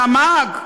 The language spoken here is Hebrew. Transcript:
תמ"ג?